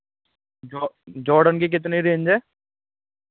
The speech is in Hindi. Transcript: जॉर्डन की कितनी रेंज है